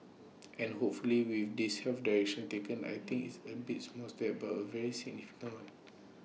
and hopefully with this health direction taken I think it's aim be small step but A very significant one